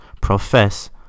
profess